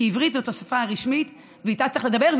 כי עברית זאת השפה הרשמית ובה צריך לדבר,